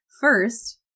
First